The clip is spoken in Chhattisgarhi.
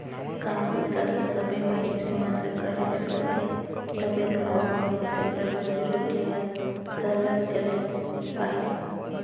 काम बूता दो सबे मइनसे मन ल करे ले परथे तबे दो कोनो मइनसे कर रोजी रोटी हर सरलग चइल पाही